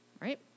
right